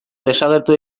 desagertu